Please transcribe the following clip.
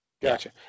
gotcha